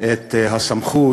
את הסמכות,